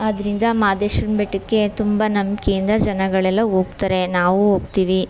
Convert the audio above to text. ಆದ್ದರಿಂದ ಮಾದೇಶ್ವರನ ಬೆಟ್ಟಕ್ಕೆ ತುಂಬ ನಂಬಿಕೆಯಿಂದ ಜನಗಳೆಲ್ಲಾ ಹೋಗ್ತಾರೆ ನಾವೂ ಹೋಗ್ತೀವಿ